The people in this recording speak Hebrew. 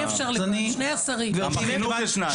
גם בחינוך יש שני שרים.